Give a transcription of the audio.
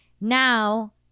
now